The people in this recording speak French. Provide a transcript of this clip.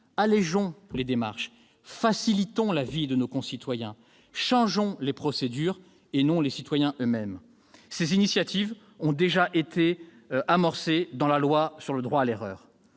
Allégeons les démarches, facilitons la vie de nos concitoyens, changeons non les citoyens eux-mêmes, mais les procédures ! Ces initiatives ont déjà été amorcées dans la loi sur le droit à l'erreur.